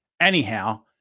Anyhow